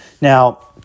Now